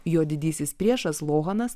jo didysis priešas lohanas